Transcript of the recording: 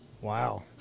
Wow